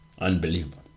unbelievable